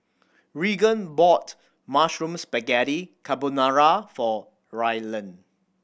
Reagan bought Mushroom Spaghetti Carbonara for Rylan